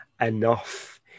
enough